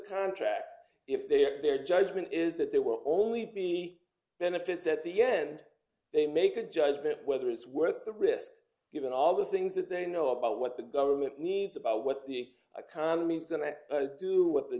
contract if their judgment is that there were only benefits at the end they make a judgment whether it's worth the risk given all the things that they know about what the government needs about what the economy is going to do what the